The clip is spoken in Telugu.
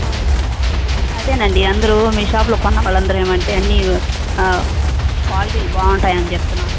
అవును అదేనండి అందరూ మీ షాప్లో కొన్న వాళ్ళందరూ ఏమంటే అన్ని క్వాలిటీలు బాగుంటాయ అని చెప్తున్నారు